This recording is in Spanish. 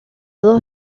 dos